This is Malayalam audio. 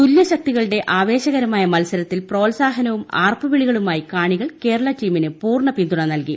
തുലൃശക്തികളുടെ ആവേശകരമായ മത്സരത്തിൽക് പ്രോത്സാഹനവും ആർപ്പു വിളികളുമായി കാണികൾ കേരള ടീമിന് പ്പൂർണ്ണ് പിന്തുണ നൽകി